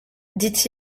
dit